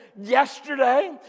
yesterday